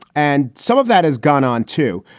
and some of that has gone on, too.